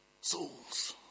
Souls